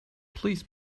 please